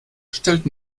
stellt